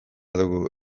dugu